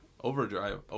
Overdrive